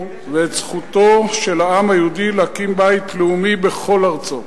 ואת זכותו של העם היהודי להקים בית לאומי בכל ארצו.